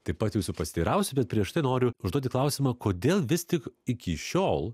taip pat jūsų pasiteirausiu bet prieš tai noriu užduoti klausimą kodėl vis tik iki šiol